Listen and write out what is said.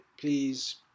please